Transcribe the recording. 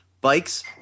Bikes